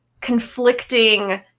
conflicting